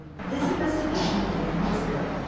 this investigation began months ago,